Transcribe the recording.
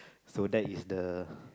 so that is the